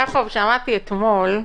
יעקב, שמעתי אתמול,